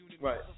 Right